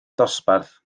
dosbarth